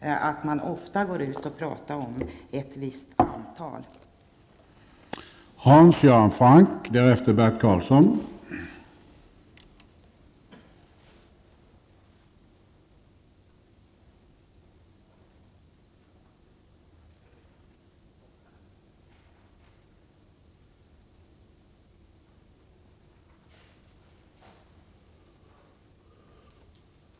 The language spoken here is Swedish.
Man går ofta ut och talar om ett visst antal människor.